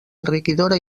enriquidora